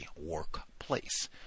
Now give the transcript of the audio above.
workplace